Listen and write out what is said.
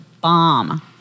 bomb